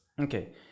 Okay